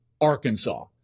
Arkansas